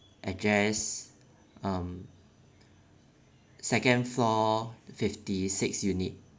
address um second floor fifty six unit